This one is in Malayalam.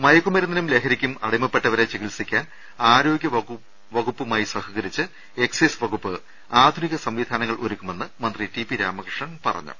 മയക്കുമ്രുന്നിനും ലഹരിക്കും അടിമപ്പെട്ടവരെ ചികി ത്സിക്കാൻ ആരോ ഗൃ വ കു പ്പു മായി സഹ ക രിച്ച് എക്സൈസ് വകുപ്പ് ആധുനിക സംവിധാനങ്ങൾ ഒരു ക്കുമെന്ന് മന്ത്രി ടി പി രാമകൃഷ്ണൻ പറഞ്ഞു